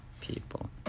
people